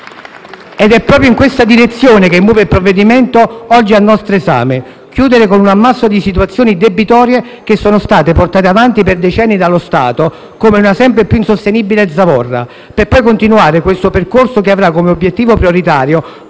Ed è proprio in questa direzione che muove il provvedimento oggi al nostro esame: chiudere con un ammasso di situazioni debitorie che sono state portate avanti per decenni dallo Stato come una sempre più insostenibile zavorra, per poi continuare questo percorso che avrà come obiettivo prioritario